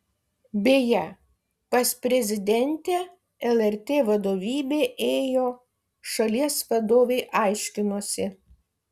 beje pas prezidentę lrt vadovybė ėjo šalies vadovei aiškinosi